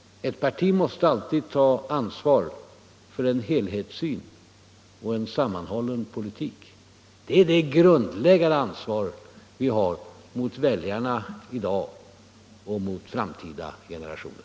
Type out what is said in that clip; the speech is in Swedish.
Ett parti måste alltid ta ansvar för en helhetssyn och en sammanhållen politik. Det är det grundläggande ansvar vi har mot väljarna i dag och mot framtida generationer.